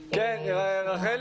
פרומן.